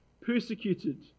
Persecuted